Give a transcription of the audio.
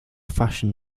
fashion